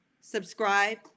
subscribe